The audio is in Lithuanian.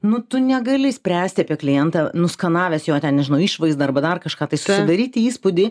nu tu negali spręsti apie klientą nuskanaves jo ten nežinau išvaizdą arba dar kažką tai susidaryti įspūdį